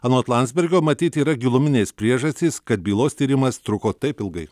anot landsbergio matyt yra giluminės priežastys kad bylos tyrimas truko taip ilgai